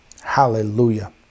Hallelujah